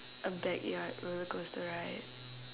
a backyard roller coaster ride